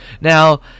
Now